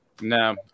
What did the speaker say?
No